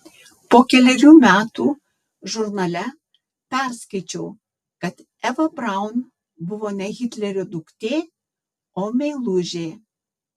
po kelerių metų žurnale perskaičiau kad eva braun buvo ne hitlerio duktė o meilužė